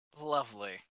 Lovely